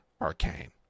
arcane